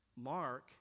Mark